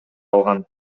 калган